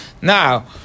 Now